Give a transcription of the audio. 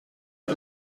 het